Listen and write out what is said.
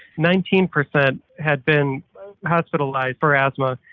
nineteen percent had been hospitalized for asthma,